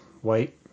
white